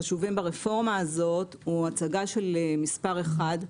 אחד המרכיבים החשובים ברפורמה הזאת הוא הצגה של מספר אחד,